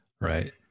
right